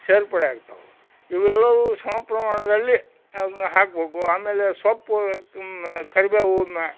ಸೇರ್ಪಡೆ ಆಗ್ತವೆ ಇವೆಲ್ಲವು ಸಮ ಪ್ರಮಾಣದಲ್ಲಿ ಅದನ್ನು ಹಾಕಬೇಕು ಆಮೇಲೆ ಸೊಪ್ಪು ಕರಿಬೇವು ಮ